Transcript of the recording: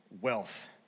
wealth